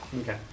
Okay